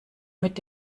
mit